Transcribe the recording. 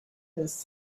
this